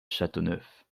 châteauneuf